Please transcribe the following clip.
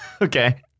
Okay